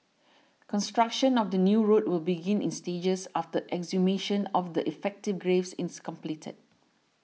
construction of the new road will begin in stages after exhumation of the effected graves is completed